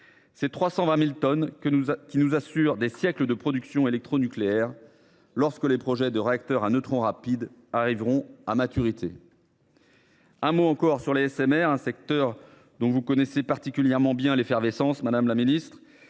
ces 320 000 tonnes qui nous assureront des siècles de production électronucléaire lorsque les projets de réacteurs à neutrons rapides arriveront à maturité. Un mot, enfin, sur les SMR, un secteur dont vous connaissez particulièrement bien l’effervescence, madame la ministre.